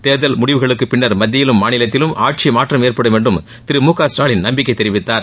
தேர்தல் முடிவுகளுக்குப் பின்னர் மத்தியிலும் மாநிலத்திலும் ஆட்சி மாற்றம் ஏற்படும் என்றும் திரு மு க ஸ்டாலின் நம்பிக்கை தெரிவித்தார்